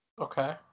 Okay